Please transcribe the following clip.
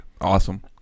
Awesome